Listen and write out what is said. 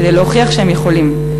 כדי להוכיח שהם יכולים,